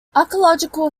archaeological